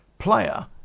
player